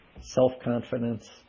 self-confidence